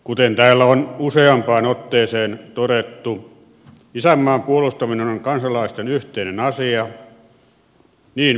kuten täällä on useampaan otteeseen todettu isänmaan puolustaminen on kansalaisten yhteinen asia niin myös meidän kansanedustajien